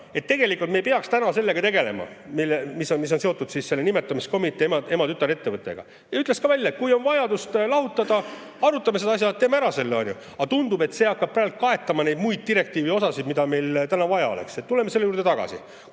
tegelikult me ei peaks täna sellega tegelema, mis on seotud nimetamiskomitee, ema- ja tütarettevõttega. Ta ütles välja, et kui on vajadust lahutada, arutame seda asja ja teeme ära selle, on ju. Aga tundub, et see hakkab praegu kaetama neid muid direktiivi osasid, mida meil täna vaja oleks. Tuleme selle juurde tagasi.